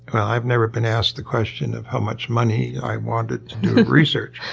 i've never been asked the question of how much money i wanted to research.